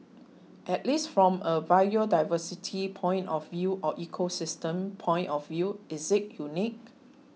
at least from a biodiversity point of view or ecosystem point of view is it unique